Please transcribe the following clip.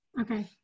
Okay